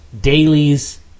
dailies